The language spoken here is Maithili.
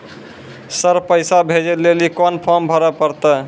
सर पैसा भेजै लेली कोन फॉर्म भरे परतै?